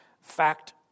Fact